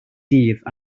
dydd